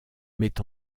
met